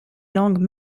langues